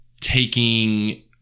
taking